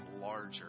larger